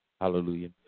Hallelujah